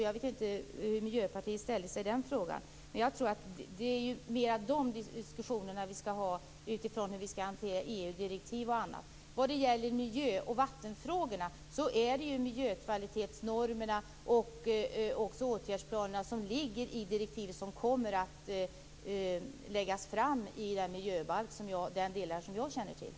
Jag vet inte hur Miljöpartiet ställde sig i frågan. Men jag tror att det måste vara på det viset som vi skall hantera EU-direktiv och annat. Vad gäller miljö och vattenfrågorna är det ju miljökvalitetsnormerna och åtgärdsplanerna i direktivet som kommer att läggas fram i de delar av miljöbalken som jag känner till.